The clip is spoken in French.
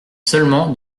seulement